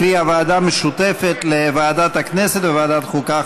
קרי הוועדה המשותפת לוועדת הכנסת ולוועדת החוקה,